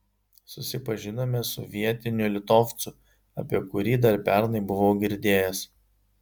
susipažinome su vietiniu litovcu apie kurį dar pernai buvau girdėjęs